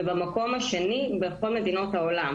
ובמקום השני בין כל מדינות העולם.